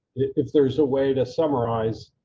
if there's a way to summarize